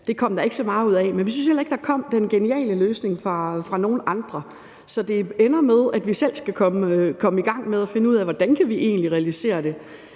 Det kom der ikke så meget ud af, men vi synes heller ikke, at der kom den geniale løsning fra nogen andre. Så det ender med, at vi selv skal komme i gang med at finde ud af, hvordan vi egentlig kan realisere det.